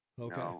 Okay